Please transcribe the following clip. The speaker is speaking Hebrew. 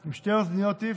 עם שתי אוזניות אי-אפשר.